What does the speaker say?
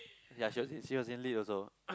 ya she was she was in Lit also